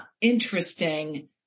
interesting